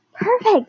Perfect